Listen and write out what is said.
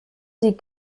sie